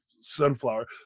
sunflower